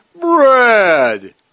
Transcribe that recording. bread